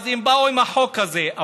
אז הם באו עם החוק הזה.